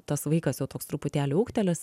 tas vaikas jau toks truputėlį ūgtelėjęs